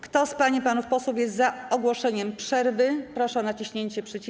Kto z pań i panów posłów jest za ogłoszeniem przerwy, proszę o naciśnięcie przycisku.